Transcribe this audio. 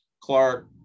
Clark